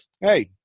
Hey